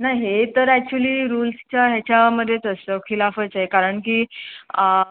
नाही हे तर ॲक्च्युली रूल्सच्या ह्याच्यामध्येच खिलाफच आहे कारण की